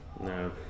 No